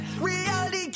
Reality